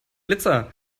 blitzer